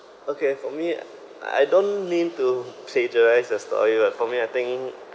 okay for me I don't mean to plagiarise your story but for me I think